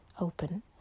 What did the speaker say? open